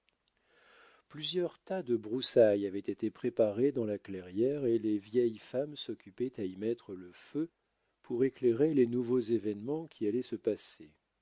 plusieurs tas de broussailles avaient été préparés dans la clairière et les vieilles femmes s'occupaient à y mettre le feu pour éclairer les nouveaux événements qui allaient se passer